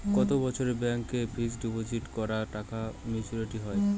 কত বছরে ব্যাংক এ ফিক্সড ডিপোজিট করা টাকা মেচুউরিটি হয়?